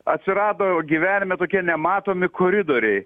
atsirado gyvenime tokie nematomi koridoriai